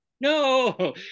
no